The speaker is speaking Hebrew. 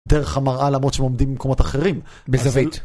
דרך המראה למרות שהם עומדים במקומות אחרים בזווית.